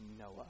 Noah